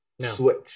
switch